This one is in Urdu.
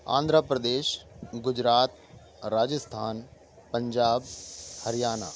آندھرا پردیش گجرات راجستھان پنجاب ہریانہ